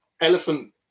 elephant